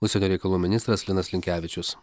užsienio reikalų ministras linas linkevičius